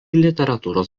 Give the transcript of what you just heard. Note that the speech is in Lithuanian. literatūros